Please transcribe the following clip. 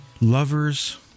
lovers